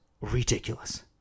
ridiculous